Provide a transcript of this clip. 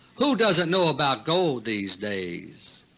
who doesn't know about gold these days?